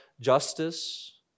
justice